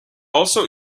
also